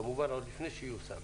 כמובן עוד לפני שייושם.